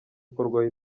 gukorwaho